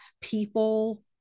people